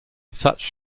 such